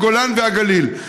הגולן והגליל.